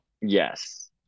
yes